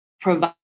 provide